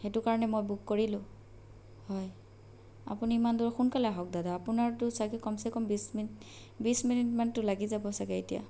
সেইটো কাৰণে মই বুক কৰিলোঁ হয় আপুনি ইমান দূৰ সোনকালে আহক দাদা আপোনাৰতো চাগে কমচে কম বিশ মিনিট বিশ মিনিট মানটো লাগি যাব চাগে এতিয়া